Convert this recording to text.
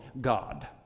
God